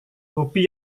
hobi